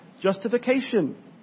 justification